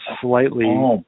slightly